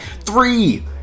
Three